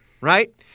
right